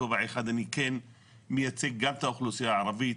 בכובע אחד אני כן מייצג גם את האוכלוסיה הערבית